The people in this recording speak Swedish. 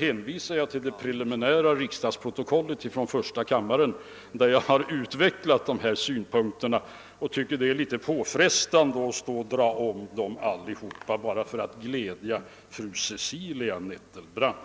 hänvisar jag till det preliminära riksdagsprotokollet från första kammaren, där jag har utvecklat mina synpunkter härpå. Jag tycker det är litet påfrestande att dra alltsammans en gång till bara för att glädja fru Cecilia Nettelbrandt.